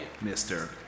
mister